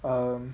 um